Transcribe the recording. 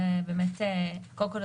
קודם כל,